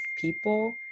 people